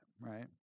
right